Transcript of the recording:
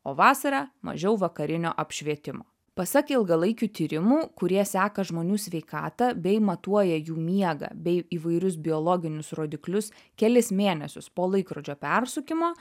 o vasarą mažiau vakarinio apšvietimo pasak ilgalaikių tyrimų kurie seka žmonių sveikatą bei matuoja jų miegą bei įvairius biologinius rodiklius kelis mėnesius po laikrodžio persukimo